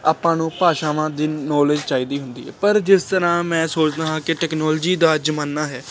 ਆਪਾਂ ਨੂੰ ਭਾਸ਼ਾਵਾਂ ਦੀ ਨੌਲੇਜ ਚਾਹੀਦੀ ਹੁੰਦੀ ਹੈ ਪਰ ਜਿਸ ਤਰ੍ਹਾਂ ਮੈਂ ਸੋਚਦਾ ਹਾਂ ਕਿ ਟੈਕਨੋਲਜੀ ਦਾ ਜ਼ਮਾਨਾ ਹੈ